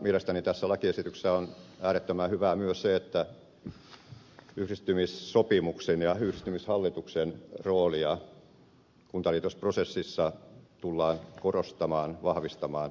mielestäni tässä lakiesityksessä on äärettömän hyvää myös se että yhdistymissopimuksen ja yhdistymishallituksen roolia kuntaliitosprosessissa tullaan korostamaan vahvistamaan